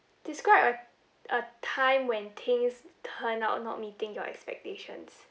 describe a a time when things turn out not meeting your expectations